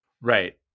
Right